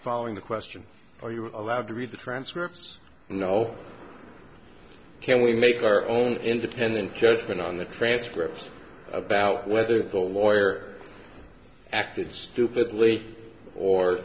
following the question are you allowed to read the transcripts you know can we make our own independent judgment on the transcript about whether the lawyer acted stupidly or